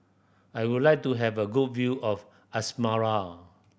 I would like to have a good view of Asmara